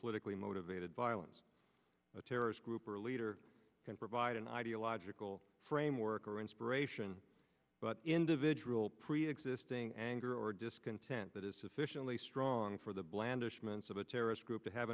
politically motivated violence a terrorist group or a leader can provide an ideological framework or inspiration but individual preexisting anger or discontent that is sufficiently strong for the blandishments of a terrorist group to have